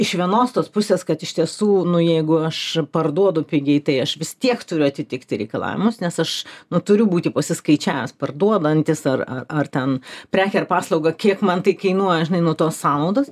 iš vienos tos pusės kad iš tiesų nu jeigu aš parduodu pigiai tai aš vis tiek turiu atitikti reikalavimus nes aš nu turi būti pasiskaičiavęs parduodantis ar ar ar ten prekę ar paslaugą kiek man tai kainuoja žinai nuo tos sąnaudos